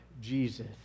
Jesus